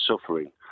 suffering